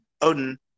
Odin